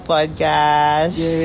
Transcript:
Podcast